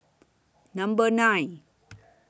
Number nine